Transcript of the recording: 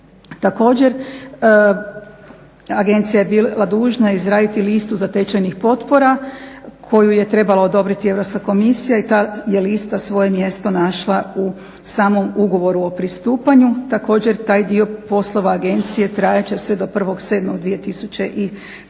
Također, agencija je bila dužna izraditi listu zatečenih potpora koju je trebala odobriti Europska komisija i ta je lista svoje mjesto našla u samom ugovoru o pristupanju. Također, taj dio poslova agencije trajat će sve do 01.07.2013.